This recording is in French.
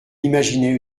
imaginait